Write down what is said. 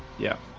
yeah,